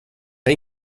jag